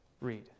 read